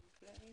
להתחלה.